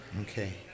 Okay